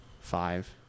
five